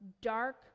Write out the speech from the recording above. dark